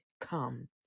Come